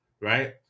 Right